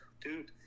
dude